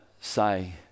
say